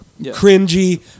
cringy